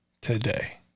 today